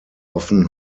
often